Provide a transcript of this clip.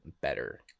better